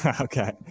Okay